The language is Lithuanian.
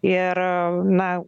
ir na